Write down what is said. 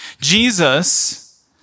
Jesus